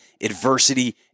adversity